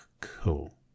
Cool